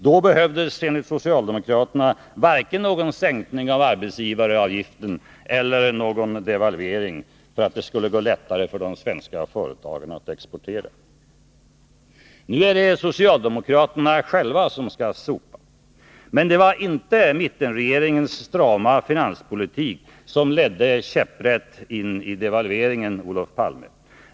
Då behövdes, enligt socialdemokraterna, varken någon sänkning av arbetsgivaravgiften eller någon devalvering för att det skulle gå lättare för de svenska företagen att exportera. Nu är det socialdemokraterna själva som skall sopa. Men det var inte mittenregeringens strama finanspolitik som ledde käpprätt in i devalveringen, Olof Palme.